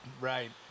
Right